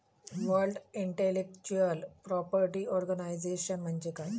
World Intellectual Property Organization म्हणजे काय?